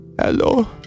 Hello